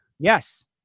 Yes